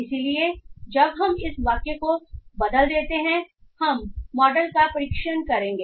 इसलिए जब हम इस वाक्य को बदल देते हैं हम मॉडल का प्रशिक्षण करेंगे